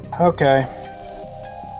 Okay